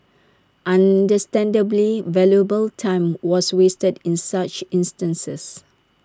understandably valuable time was wasted in such instances